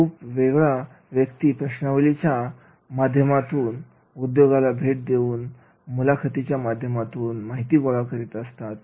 खूप वेगळा व्यक्ती प्रश्नावलीच्या माध्यमातूनउद्योगामध्ये भेट देऊन मुलाखतीच्या माध्यमातून माहिती गोळा करीत असतात